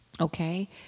okay